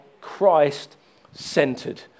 Christ-centered